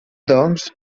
doncs